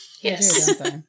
Yes